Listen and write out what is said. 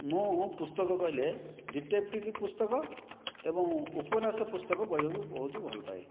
ମୁଁ ପୁସ୍ତକ କହିଲେ ଡିଟେକ୍ଟିଭ ପୁସ୍ତକ ଏବଂ ଉପନ୍ୟାସ ପୁସ୍ତକ ପଢିବାକୁ ବହୁତ ଭଲପାଏ